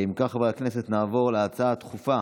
נעבור להצעות הדחופות